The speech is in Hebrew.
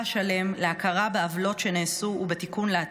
שלם להכרה בעוולות שנעשו ובתיקון לעתיד.